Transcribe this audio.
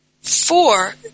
Four